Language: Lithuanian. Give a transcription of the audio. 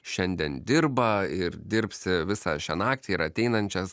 šiandien dirba ir dirbs visą šią naktį ir ateinančias